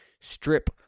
strip